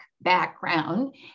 background